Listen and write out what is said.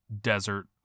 desert